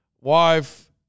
wife